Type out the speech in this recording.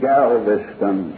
Galveston